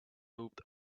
moved